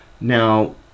now